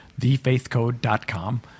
thefaithcode.com